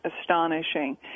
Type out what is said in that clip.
astonishing